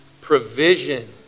provision